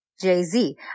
Jay-Z